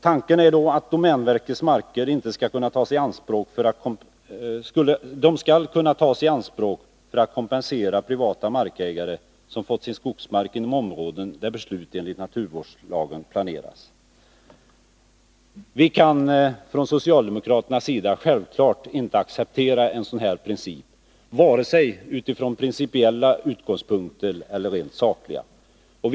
Tanken är att domänverkets marker skall kunna tas i anspråk för att kompensera privata markägare, som har sin skogsmark inom områden där beslut enligt naturvårdslagen planerats. Vi kan från socialdemokraternas sida självfallet inte acceptera en sådan regel utifrån vare sig principiella eller rent sakliga synpunkter.